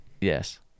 Yes